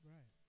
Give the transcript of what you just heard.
Right